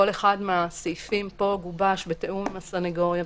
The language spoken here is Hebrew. כל אחד מהסעיפים פה גובש בתיאום עם הסניגוריה,